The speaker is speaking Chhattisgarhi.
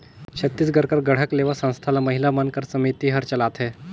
छत्तीसगढ़ कर गढ़कलेवा संस्था ल महिला मन कर समिति हर चलाथे